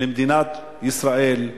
למדינת ישראל,